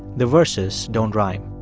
the verses don't rhyme.